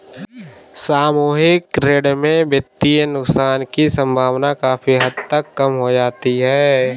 सामूहिक ऋण में वित्तीय नुकसान की सम्भावना काफी हद तक कम हो जाती है